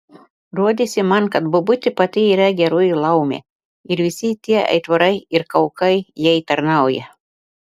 rodėsi man kad bobutė pati yra geroji laumė ir visi tie aitvarai ir kaukai jai tarnauja